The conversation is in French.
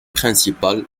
principale